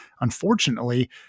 Unfortunately